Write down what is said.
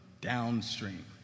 Downstream